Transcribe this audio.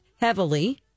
heavily